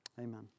Amen